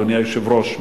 אדוני היושב-ראש,